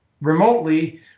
remotely